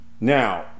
Now